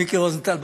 עם מיקי רוזנטל,